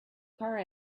car